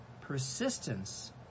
Persistence